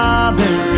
Father